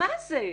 מה זה?